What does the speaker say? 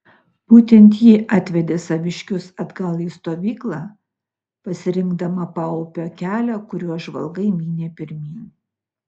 būtent ji atvedė saviškius atgal į stovyklą pasirinkdama paupio kelią kuriuo žvalgai mynė pirmyn